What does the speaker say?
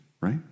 right